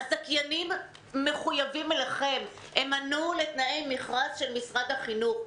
הזכיינים מחויבים אליכם כי הם ענו לתנאי מכרז של משרד החינוך.